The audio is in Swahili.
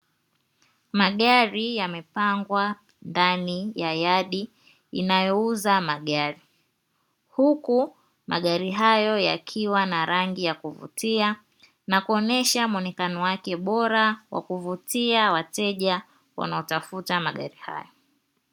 Magari yamepangwa ndani ya yadi inayouza magari. Huku magari hayo yakiwa na rangi ya kuvutia na kuonesha muonekano wake bora wa kuvutia wateja wanaotafuta magari hayo.